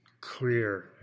clear